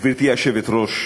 גברתי היושבת-ראש,